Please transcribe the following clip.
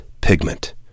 pigment